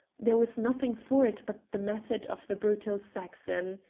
there was nothing for it but the method of the brutal saxon.